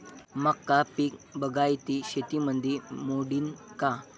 मका पीक बागायती शेतीमंदी मोडीन का?